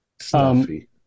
Stuffy